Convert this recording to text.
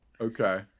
Okay